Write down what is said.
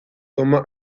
toma